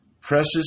Precious